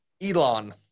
Elon